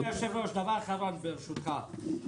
אדוני היושב-ראש, דבר אחרון, ברשותך.